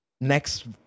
next